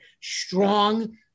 Strong